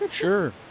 sure